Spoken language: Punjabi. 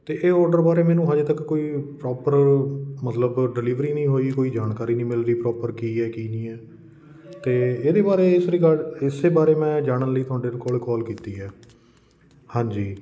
ਅਤੇ ਇਹ ਔਡਰ ਬਾਰੇ ਮੈਨੂੰ ਹਜੇ ਤੱਕ ਕੋਈ ਪਰੋਪਰ ਮਤਲਬ ਡਿਲੀਵਰੀ ਨਹੀਂ ਹੋਈ ਕੋਈ ਜਾਣਕਾਰੀ ਨਹੀਂ ਮਿਲ ਰਹੀ ਪਰੋਪਰ ਕੀ ਹੈ ਕੀ ਨਹੀਂ ਹੈ ਅਤੇ ਇਹਦੇ ਬਾਰੇ ਇਸ ਰਿਗਾਡ ਇਸੇ ਬਾਰੇ ਮੈਂ ਜਾਣਨ ਲਈ ਮੈਂ ਤੁਹਾਡੇ ਕੋਲ ਕੌਲ ਕੀਤੀ ਹੈ ਹਾਂਜੀ